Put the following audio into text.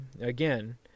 Again